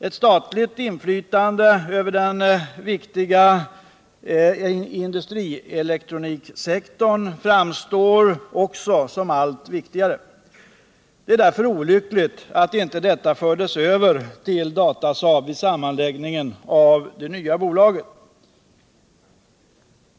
Ett statligt inflytande på den viktiga industrielektroniksektorn framstår också som allt väsentligare. Det var därför olyckligt att inte denna sektorn fördes över till Datasaab vid sammanläggningen till det nya bolaget.